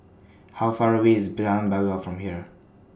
How Far away IS Jalan Bangau from here